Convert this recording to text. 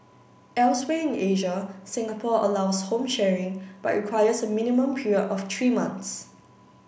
elsewhere in Asia Singapore allows home sharing but requires a minimum period of three months